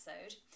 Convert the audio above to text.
episode